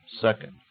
Second